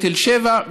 חלק לתל שבע,